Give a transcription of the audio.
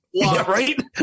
Right